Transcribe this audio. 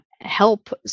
help